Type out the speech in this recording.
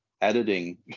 editing